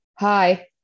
Hi